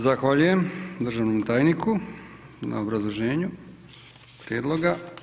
Zahvaljujem državnom tajniku na obrazloženju prijedloga.